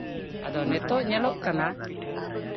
ᱟᱫᱚ ᱱᱤᱛᱳᱜ ᱧᱮᱞᱚᱜ ᱠᱟᱱᱟ